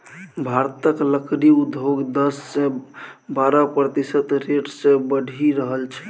भारतक लकड़ी उद्योग दस सँ बारह प्रतिशत रेट सँ बढ़ि रहल छै